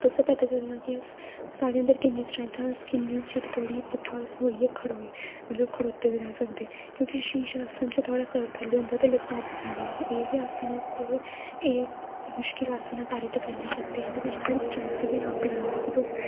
तुसें गी पता चलना की अस साढ़े अंदर कि'न्नी स्ट्रैंथ ऐ अस कि'न्ने चिर धोड़ी पुट्ठा होइयै खड़ोए मतलब खड़ौते दे रेह् सकदे क्योंकि शीश आसन च थोह्ड़ा सिर थ'ल्ले होंदा ते लत्तां उप्पर होन्दियां एह् आसन ऐ ते एह् मुश्कल आसन सारे ते पैह्लें करदे ते बिच थुआढ़ी स्ट्रैंथ गै नापी जंदी